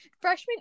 freshman